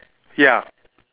ya